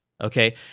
okay